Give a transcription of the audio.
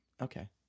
Okay